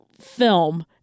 film